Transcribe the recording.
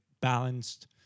balanced